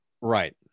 Right